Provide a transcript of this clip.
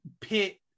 pit